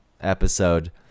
episode